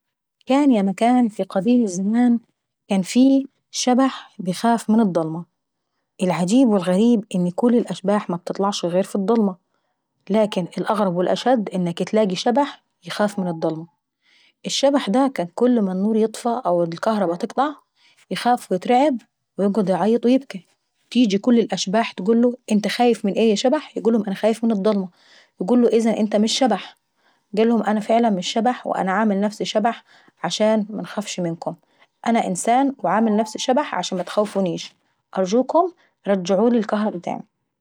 كان ياما كان في قديم الزمان كان في شبح بيخاف من الضلمة. العجيب والغريب ان كل الاشباح مش بتطلع غير في الضلمة لكن الأغرب والاشد انك تلاقي شبح بيخاف من الضلمة. الشبح دا كان كل ما النور يقطع ايخاف ويترعب ويقعد يبكاي، تيجي كل الاشباح تقوله انت خايف من ايه يا شبحيقولهم انا خايف من الضلمة. فقالوله اذن انت مش شبح! فقالهم انا فعلا مش شبح وانا عامل نفسي عشان منخافش منكم. وانا انسان وعامل نفسي شبح عشان متخوفونيش ارجوكم رجعولي الكهربا تاناي.